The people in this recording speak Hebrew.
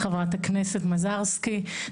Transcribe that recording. חברת הכנסת מזרסקי,